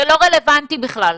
זה לא רלוונטי בכלל,